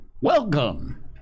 welcome